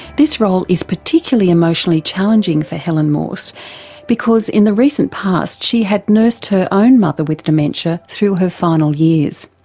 this role is particularly emotionally challenging for helen morse because in the recent past she had nursed her own mother with dementia through her final years.